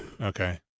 Okay